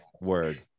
word